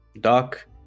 Doc